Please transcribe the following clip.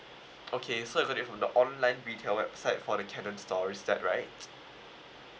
okay so you got it from the online retail website for the canon store is that right